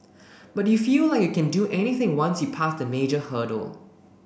but you feel like you can do anything once you passed a major hurdle